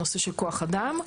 הנושא של כוח אדם,